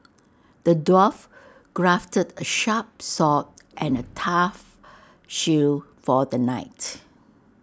the dwarf crafted A sharp sword and A tough shield for the knight